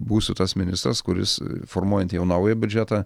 būsiu tas ministras kuris formuojant jau naują biudžetą